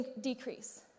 decrease